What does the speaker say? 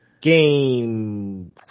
game –